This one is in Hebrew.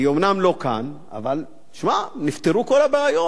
היא אומנם לא כאן, אבל, שמע, נפתרו כל הבעיות.